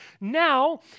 Now